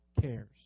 cares